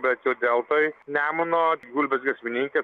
bet jau deltoj nemuno gulbės giesmininkė